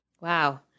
Wow